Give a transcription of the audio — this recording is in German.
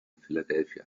philadelphia